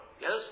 Yes